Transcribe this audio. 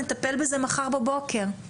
נטפל בזה מחר בבוקר.